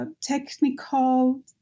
technical